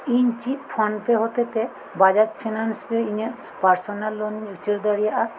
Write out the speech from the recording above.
ᱤᱧ ᱪᱮᱫ ᱯᱷᱳᱱᱯᱮ ᱦᱚᱛᱮᱛᱮ ᱵᱟᱡᱟᱡᱽ ᱯᱷᱤᱱᱟᱱᱥ ᱨᱮ ᱤᱧᱟᱹᱜ ᱯᱟᱨᱥᱚᱱᱟᱞ ᱞᱳᱱ ᱤᱧ ᱩᱪᱟᱹᱲ ᱫᱟᱲᱮᱭᱟᱜᱼᱟ